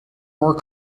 more